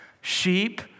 sheep